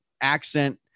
accent